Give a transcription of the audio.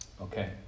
Okay